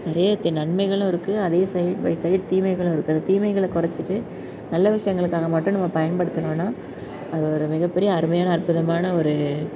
நிறைய நன்மைகளும் இருக்குது அதே சைடு பை சைடு தீமைகளும் இருக்குது அந்த தீமைகளை கொறச்சுட்டு நல்ல விஷயங்களுக்காக மட்டும் நம்ம பயன்படுத்தினோனா அது ஒரு மிக பெரிய அருமையான அற்புதமான ஒரு